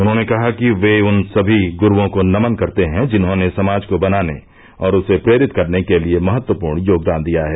उन्होंने कहा कि वे उन सभी गुरूओं को नमन करते हैं जिन्होंने समाज को बनाने और उसे प्रेरित करने के लिए महत्वपूर्ण योगदान दिया है